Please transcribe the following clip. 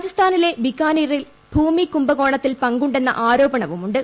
രാജസ്ഥാനിലെ ബിക്കാനീറിൽ ഭൂമി കുഭംകോണത്തിൽ പങ്കുണ്ടെന്ന ആരോപണവുമുണ്ട്